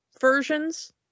versions